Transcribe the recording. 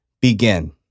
begin